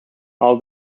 all